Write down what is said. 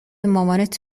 مامانت